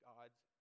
God's